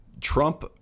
Trump